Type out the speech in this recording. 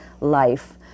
life